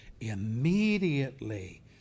immediately